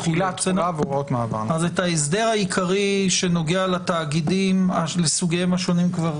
ההסדר העיקרי שנוגע לתאגידים לסוגיהם השונים כבר